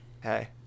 Hey